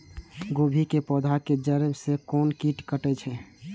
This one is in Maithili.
गोभी के पोधा के जड़ से कोन कीट कटे छे?